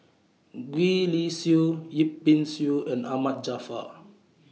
Gwee Li Sui Yip Pin Xiu and Ahmad Jaafar